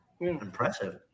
impressive